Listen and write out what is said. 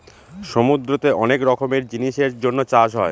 সমুদ্রতে অনেক রকমের জিনিসের জন্য চাষ হয়